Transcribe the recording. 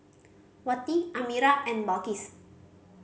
Wati Amirah and Balqis